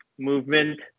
Movement